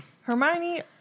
Hermione